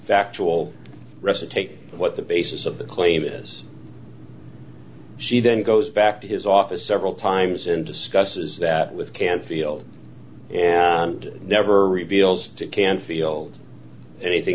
factual ressa take what the basis of the claim is she then goes back to his office several times in discusses that with canfield and never reveals to canfield anything